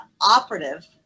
operative